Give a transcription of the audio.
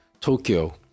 Tokyo